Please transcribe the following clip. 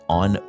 on